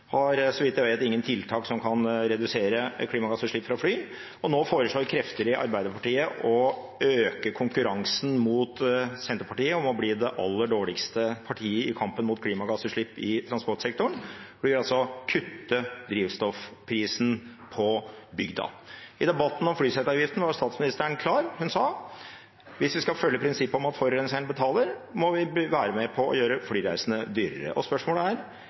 har – så vidt jeg vet – ingen tiltak som kan redusere klimagassutslippene fra fly. Og nå foreslår krefter i Arbeiderpartiet å øke konkurransen med Senterpartiet om å bli det aller dårligste partiet i kampen mot klimagassutslipp i transportsektoren, for de vil altså kutte drivstoffprisen på bygda. I debatten om flyseteavgiften var statsministeren klar. Hun sa: Hvis vi skal følge prinsippet om at forurenser betaler, må vi være med på å gjøre flyreisene dyrere. Spørsmålet er: